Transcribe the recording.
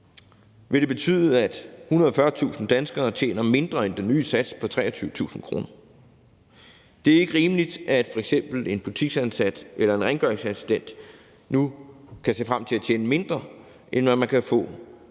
vil det betyde, at 140.000 danskere tjener mindre end den nye sats på 23.000 kr. Det er ikke rimeligt, at f.eks. en butiksansat eller en rengøringsassistent nu kan se frem til at tjene mindre, end hvad man kan få